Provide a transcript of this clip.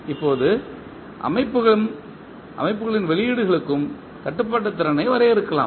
இப்போது அமைப்புகளின் வெளியீடுகளுக்கும் கட்டுப்பாட்டுத்திறனை வரையறுக்கலாம்